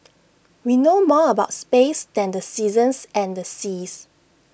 we know more about space than the seasons and the seas